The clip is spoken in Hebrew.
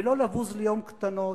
ולא לבוז ליום קטנות,